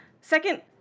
second